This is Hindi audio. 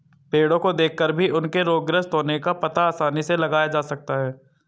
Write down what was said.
पेड़ो को देखकर भी उनके रोगग्रस्त होने का पता आसानी से लगाया जा सकता है